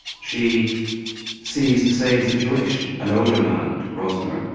she sees the same situation an older man, rosmer,